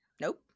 nope